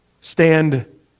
Stand